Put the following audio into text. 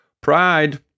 Pride